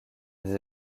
les